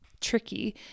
tricky